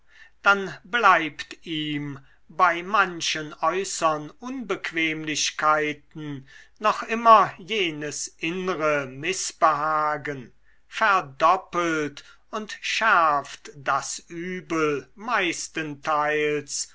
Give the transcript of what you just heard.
dann bleibt ihm bei manchen äußern unbequemlichkeiten noch immer jenes innre mißbehagen verdoppelt und schärft das übel meistenteils